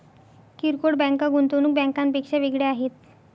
किरकोळ बँका गुंतवणूक बँकांपेक्षा वेगळ्या आहेत